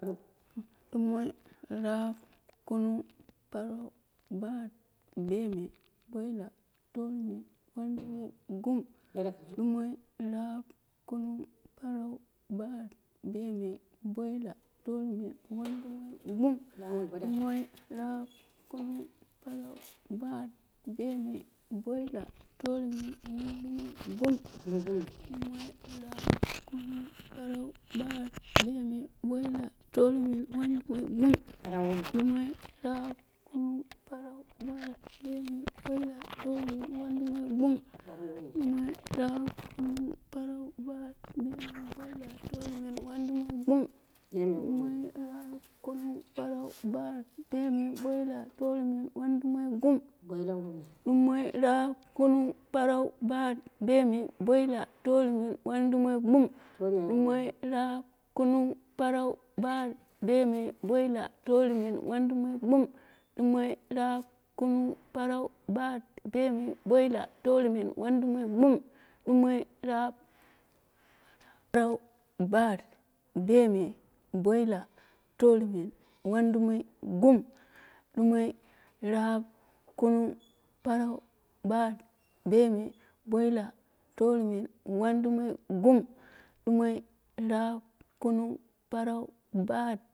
Dumoi, rap, kunung, parau, bat, bemei, boila, torumen, wandu moi, gum dumoi, rap, kunung parau, bat, bemei, boila, torumen, wandumoi, gum dumoi, rap, kunung, parau, bat, bemli, boila torumen, wandumoi, gum. Dumoi, rap, kunung, parau, bat, bemai, boila torumen, wandumoi, gum. Dumoi, rap, kunung, parau, bat, bemei, boila torumen, wandumoi, gum. Dumoi, rap, kunung, parau, bat, bemei, boila torument, wandumai, gum. Dumoi, rap, kunung, parau, bat, bemei, boila torument, wandumoi, gum. Dumoi, rap, kunung, parau, bat, bemei, boila torumen, wandumoi, gum. Dumoi, rap, kunung, paran, bat, bemei boila torument, wandumoi, gum. Dumoi, rap, kunung, parau, bat, bemoi, boila torumen, wandumoi gum. Dumoi, rap, kunung, parau, bat, bemei, boila torumen, wandumoi, gum. Dumoi, rap, kunung, parau, bat, bemei, boila torumen, wandumoi, gum. Dumoi, rap, kunung, parau, bat.